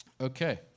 Okay